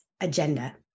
agenda